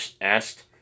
asked